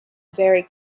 very